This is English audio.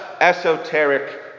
esoteric